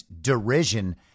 derision